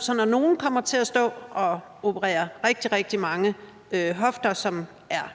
så når nogle af dem kommer til at stå og foretage rigtig, rigtig mange hofteoperationer,